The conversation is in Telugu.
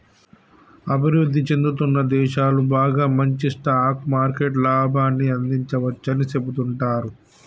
అభివృద్ధి చెందుతున్న దేశాలు బాగా మంచి స్టాక్ మార్కెట్ లాభాన్ని అందించవచ్చని సెబుతుంటారు